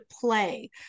play